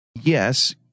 yes